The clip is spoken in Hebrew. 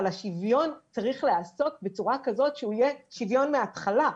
אבל השוויון צריך להיעשות בצורה כזאת שהוא יהיה שוויון מהתחלה.